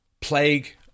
plague